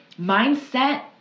mindset